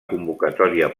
convocatòria